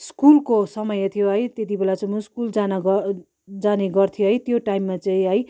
स्कुलको समय थियो है त्यति बेला चाहिँ म स्कुल जान ग जाने गर्थेँ है त्यो टाइममा चाहिँ है